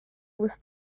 was